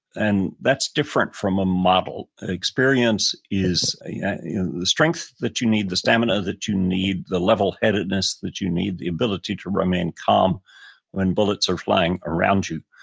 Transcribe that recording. and that's different from a model. experience is the strength that you need, the stamina that you need, the levelheadedness that you need, the ability to remain calm when bullets are flying around you,